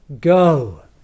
go